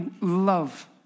love